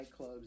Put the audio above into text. nightclubs